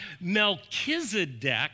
Melchizedek